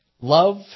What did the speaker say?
love